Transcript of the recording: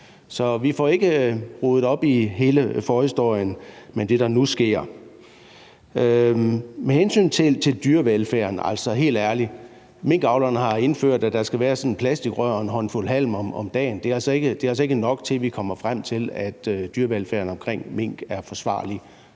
Så vi får ikke ryddet op i hele forhistorien med det, der nu sker. Med hensyn til dyrevelfærden vil jeg sige: Altså, helt ærligt, minkavlerne har indført, at der skal være sådan et plastikrør og en håndfuld halm om dagen. Det er altså ikke nok til at gøre dyrevelfærden omkring mink forsvarlig;